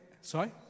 sorry